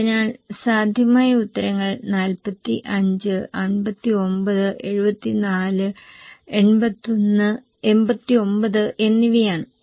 അതിനാൽ സാധ്യമായ ഉത്തരങ്ങൾ 45 59 74 89 എന്നിവയാണ്